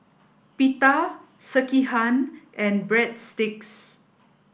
Pita Sekihan and Breadsticks